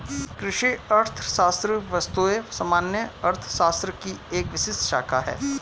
कृषि अर्थशास्त्र वस्तुतः सामान्य अर्थशास्त्र की एक विशिष्ट शाखा है